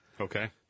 Okay